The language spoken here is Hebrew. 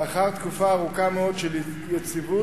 לאחר תקופה ארוכה מאוד של יציבות